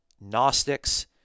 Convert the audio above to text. Gnostics